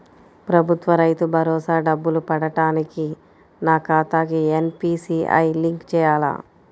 ప్రభుత్వ రైతు భరోసా డబ్బులు పడటానికి నా ఖాతాకి ఎన్.పీ.సి.ఐ లింక్ చేయాలా?